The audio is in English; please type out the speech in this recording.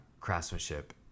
craftsmanship